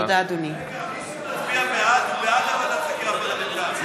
מי שמצביע בעד הוא בעד ועדת חקירה פרלמנטרית.